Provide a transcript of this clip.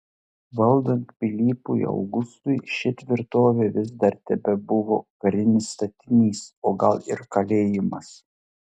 valdant pilypui augustui ši tvirtovė vis dar tebebuvo karinis statinys o gal ir kalėjimas